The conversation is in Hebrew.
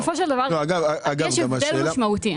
בסופו של דבר יש הבדל משמעותי.